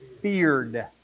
Feared